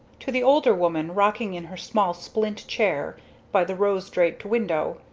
to the older woman rocking in her small splint chair by the rose-draped window,